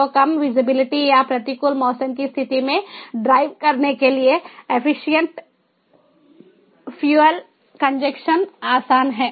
तो कम विजिबिलिटी या प्रतिकूल मौसम की स्थिति में ड्राइव करने के लिए एफिशिएंट फ्यूअल कंजंक्शन आसान है